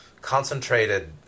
concentrated